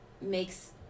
makes